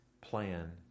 plan